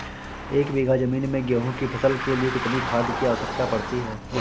एक बीघा ज़मीन में गेहूँ की फसल के लिए कितनी खाद की आवश्यकता पड़ती है?